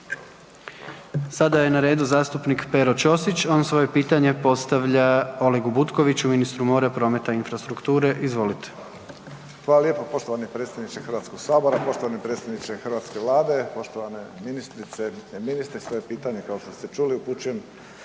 Sada je na redu zastupnik Pero Ćosić, on svoje pitanje postavlja Olegu Butkoviću ministru mora, prometa i infrastrukture. Izvolite. **Ćosić, Pero (HDZ)** Hvala lijepo. Poštovani predsjedniče HS-a, poštovani predsjedniče hrvatske Vlade, poštovane ministrice, ministri. Svoje pitanje kao što ste čuli ministru